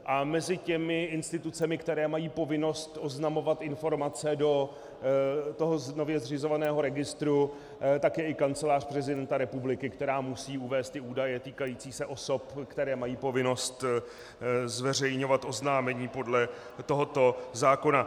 A mezi institucemi, které mají povinnost oznamovat informace do nově zřizovaného registru, je i Kancelář prezidenta republika, která musí uvést údaje týkající se osob, které mají povinnost zveřejňovat oznámení podle tohoto zákona.